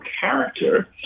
character